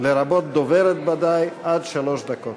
לרבות דוברת ודאי, עד שלוש דקות.